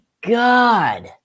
God